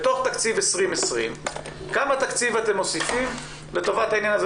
בתוך תקציב 2020 כמה תקציב אתם מוסיפים לטובת העניין הזה?